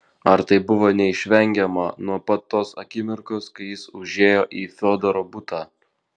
ar tai buvo neišvengiama nuo pat tos akimirkos kai jis užėjo į fiodoro butą